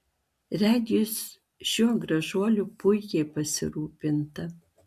regis šiuo gražuoliu puikiai pasirūpinta